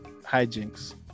hijinks